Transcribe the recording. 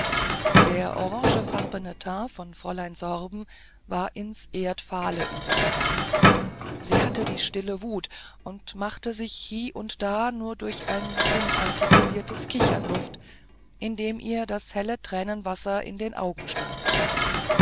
der orangefarbene teint von fräulein sorben war ins erdfahle übergegangen sie hatte die stille wut und machte sich hie und da nur durch ein unartikuliertes kichern luft indem ihr das helle tränenwasser in den augen stand